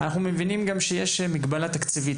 אנחנו מבינים גם שבסוף יש מגבלה תקציבית.